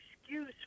excuse